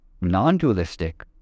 non-dualistic